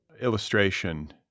illustration